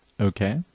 Okay